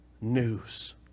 news